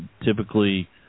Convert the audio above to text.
typically